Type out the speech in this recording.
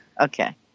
Okay